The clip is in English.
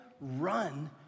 run